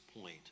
point